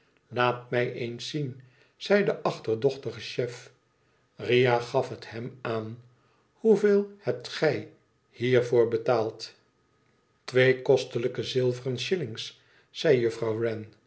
laat mij eens zien zei de achterdochtige chef ria gaf het hem aan hoeveel hebt pj hiervoor betaald twee kostelijke zilveren shillings zei juffrouw